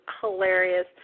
hilarious